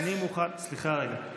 סליחה, רגע.